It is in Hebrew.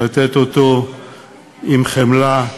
לתת אותו עם חמלה,